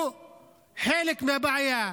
הוא חלק מהבעיה.